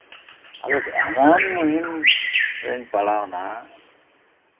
ᱟᱫᱚ ᱮᱢᱚᱱ ᱢᱩᱦᱤᱢ ᱨᱮᱧ ᱯᱟᱲᱟᱣ ᱱᱟ